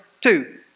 Two